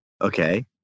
okay